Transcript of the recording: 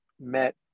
met